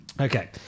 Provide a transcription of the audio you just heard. okay